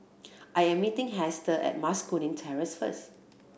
I am meeting Hester at Mas Kuning Terrace first